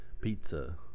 pizza